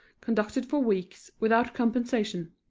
conducted for weeks, without compensation.